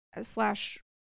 slash